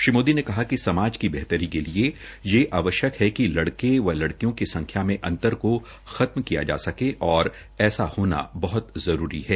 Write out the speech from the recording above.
श्री मोदी ने कहा कि समाज की बेहतरी के लिए ये आवश्यक है कि लड़के व लड़कियों की संख्या में अंतर को खत्म किया जा सके और ऐसा होना बह्त जरूरी है